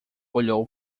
olhou